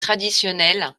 traditionnelle